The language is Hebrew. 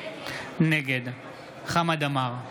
נגד חמד עמאר,